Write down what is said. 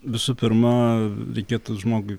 visų pirma reikėtų žmogui